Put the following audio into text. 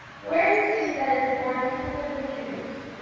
where is he that is born king of the jews?